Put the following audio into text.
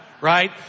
Right